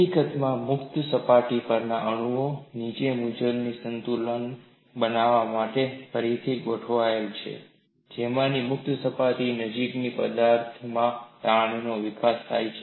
હકીકતમાં મુક્ત સપાટી પરના અણુઓ અને નીચેના અણુઓ એ સંતુલન બનાવવા માટે ફરીથી ગોઠવવા પડે છે જેનાથી મુક્ત સપાટીની નજીકના પદાર્થમાં તાણનો વિકાસ થાય છે